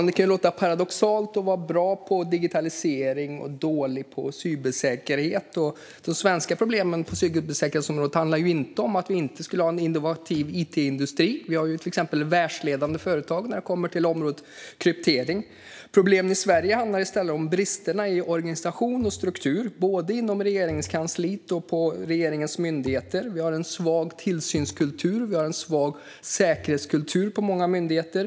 Det kan ju låta paradoxalt, fru talman, att vara bra på digitalisering och dåliga på cybersäkerhet, men de svenska problemen på cybersäkerhetsområdet handlar inte om att vi inte skulle ha en innovativ it-industri. Vi har ju världsledande företag när det kommer till området kryptering. Problemen i Sverige handlar i stället om bristerna i organisation och struktur både inom Regeringskansliet och i regeringens myndigheter. Det råder en svag tillsyns och säkerhetskultur hos många myndigheter.